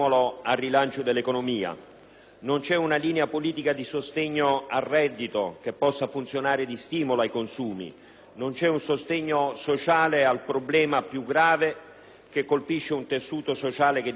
Non c'è una linea politica di sostegno al reddito che possa funzionare da stimolo ai consumi; non c'è un sostegno sociale al problema più grave, che colpisce un tessuto sociale che diventa sempre più fragile.